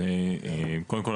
אז קודם כל,